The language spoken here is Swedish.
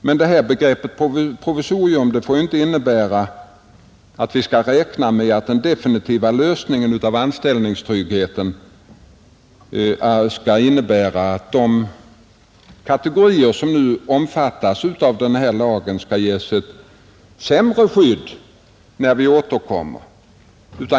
Men begreppet provisorium får inte innebära att vi skall räkna med att den definitiva lösningen av frågan om anställningstryggheten ger de kategorier som nu omfattas av lagförslagen ett sämre skydd när vi återkommer.